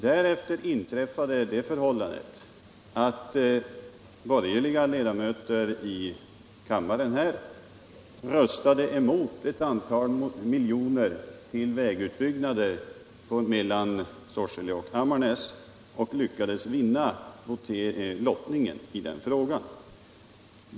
Därefter inträffade det förhållandet att borgerliga ledamöter i kammaren röstade mot förslag om ett antal miljoner till vägutbyggnader mellan Sorsele och Ammarnäs och lyckades vinna lottningen i den frågan.